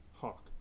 Hawk